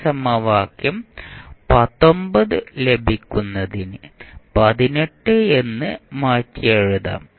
ഈ സമവാക്യം ലഭിക്കുന്നതിന് എന്ന് മാറ്റിയെഴുതാം